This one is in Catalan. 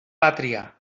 pàtria